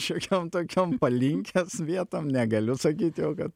šiokiom tokiom palinkęs vietom negaliu sakyt jau kad